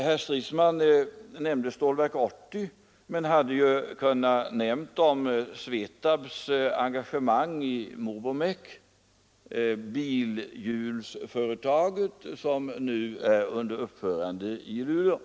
Herr Stridsman nämnde Stålverk 80, men han hade också kunnat nämna SVETAB:s engagemang i Movomec, bilhjulsföretaget som nu är under uppförande i Luleå.